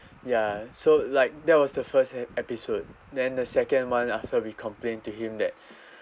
ya so like that was the first he~ episode then the second one after we complained to him that